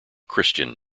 christian